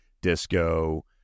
disco